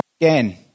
again